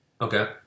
Okay